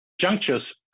junctures